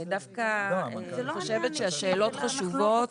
אני דווקא חושבת שהשאלות חשובות.